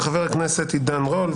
חבר הכנסת עידן רול,